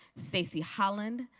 stacey holland,